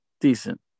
decent